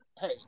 Hey